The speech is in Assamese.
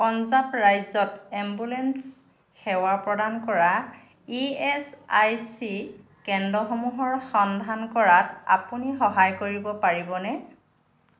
পঞ্জাৱ ৰাজ্যত এম্বুলেন্স সেৱা প্ৰদান কৰা ই এচ আই চি কেন্দ্ৰসমূহৰ সন্ধান কৰাত আপুনি সহায় কৰিব পাৰিব নে